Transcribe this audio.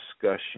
discussion